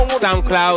SoundCloud